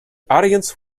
audience